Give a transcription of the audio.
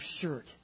shirt